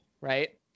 right